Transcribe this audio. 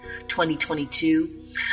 2022